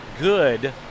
good